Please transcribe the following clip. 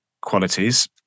qualities